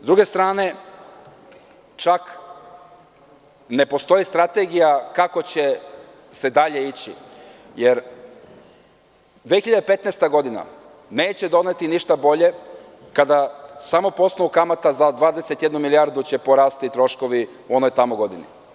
S druge strane, čak ne postoji strategija kako će se dalje ići, jer 2015. godina neće doneti ništa bolje, kada će samo po osnovu kamata za 21 milijardu porasti troškovi u onoj tamo godini.